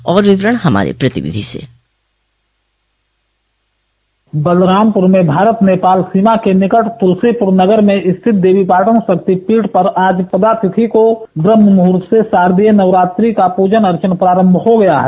और विवरण हमारे प्रतिनिधि से बलरामपुर में भारत नेपाल सीमा के निकट तुलसीपुर नगर में स्थित देवीपाटन शक्तिपीठ पर आज प्रतिपदा तिथि को ब्रह्म मुहूर्त से शारदीय नवरात्रि का पूजन अर्चन प्रारंभ हो गया है